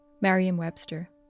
Merriam-Webster